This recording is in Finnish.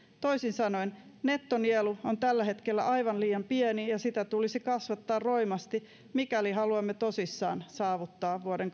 toisin sanoen nettonielu on tällä hetkellä aivan liian pieni ja sitä tulisi kasvattaa roimasti mikäli haluamme tosissaan saavuttaa vuoden